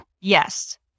Yes